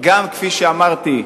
גם כפי שאמרתי,